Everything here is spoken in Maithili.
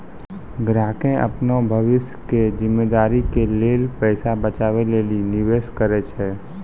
ग्राहकें अपनो भविष्य के जिम्मेदारी के लेल पैसा बचाबै लेली निवेश करै छै